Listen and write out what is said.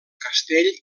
castell